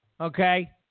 Okay